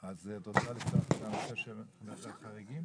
את רוצה להתייחס לנושא ועדת החריגים?